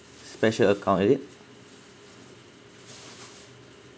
special account is it